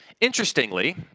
Interestingly